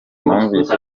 numvise